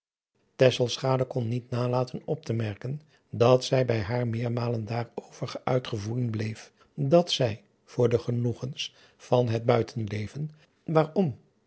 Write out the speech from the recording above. kon niet nalaten op te merken dat zij bij haar meermalen daarover geuit gevoelen bleef dat zij voor de genoegens van het buitenleven